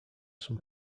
some